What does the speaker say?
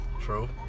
True